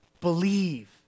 Believe